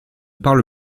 parle